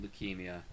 leukemia